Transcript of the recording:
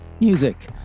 music